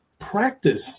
practice